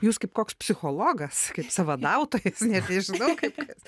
jūs kaip koks psichologas kaip savadautoja net nežinau kaip